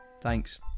Thanks